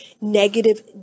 negative